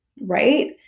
right